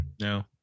No